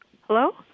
Hello